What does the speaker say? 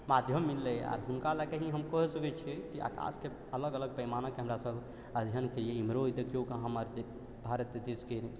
माध्यम मिललै आ हुनका ले कऽ ही हम कहि सकै छियै कि आकाश के अलग अलग पैमाना कऽ हमरा सभ अध्ययन केलियै इम्हरो देखियौ कहाँ हम भारत देश के